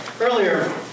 earlier